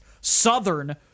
Southern